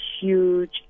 huge